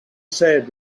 said